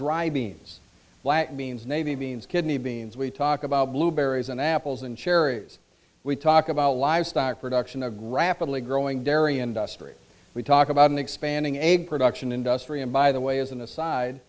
beans black beans navy beans kidney beans we talk about blueberries and apples and cherries we talk about livestock production of rapidly growing dairy industry we talk about an expanding a production industry and by the way as an aside